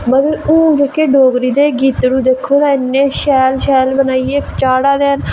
ते मतलब हून डोगरी दे गित्तड़ू जेह्के दिक्खो तां इन्ने शैल शैल बनाइयै चाढ़ै दे न